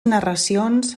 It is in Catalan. narracions